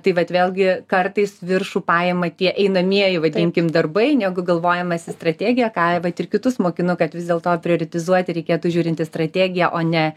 tai vat vėlgi kartais viršų paima tie einamieji vadinkim darbai negu galvojamasi strategija ką vat ir kitus mokinu kad vis dėlto prioritetizuoti reikėtų žiūrint į strategiją o ne